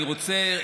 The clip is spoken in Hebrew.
אני רוצה,